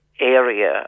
area